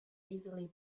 easily